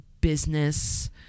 business